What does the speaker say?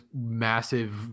massive